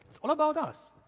it's all about us.